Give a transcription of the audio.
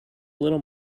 little